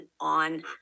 on